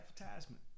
advertisement